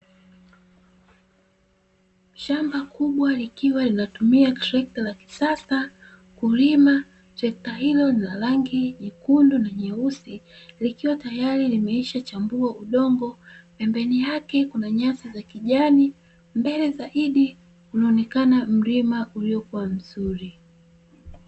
Shamba kubwa likiwa linatumia trekta la kisasa kulima, trekta hilo lina rangi nyekundu na nyeusi likiwa tayari limeishachambua udongo, pembeni yake kuna nyasi za kijani mbele zaidi unaonekana mlima uliokuwa mzuri.